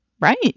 Right